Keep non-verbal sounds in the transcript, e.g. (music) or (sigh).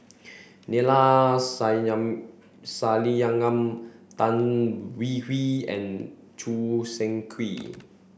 (noise) Neila (unintelligible) Sathyalingam Tan Hwee Hwee and Choo Seng Quee